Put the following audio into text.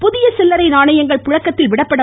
புதிய சில்லறை நாணயங்கள் புழக்கத்தில் விடப்படும்